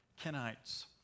Kenites